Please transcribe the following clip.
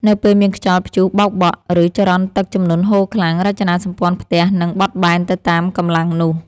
នៅពេលមានខ្យល់ព្យុះបោកបក់ ឬចរន្តទឹកជំនន់ហូរខ្លាំង រចនាសម្ព័ន្ធផ្ទះនឹងបត់បែនទៅតាមកម្លាំងនោះ។